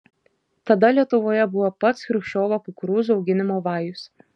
tada lietuvoje buvo pats chruščiovo kukurūzų auginimo vajus